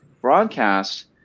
broadcast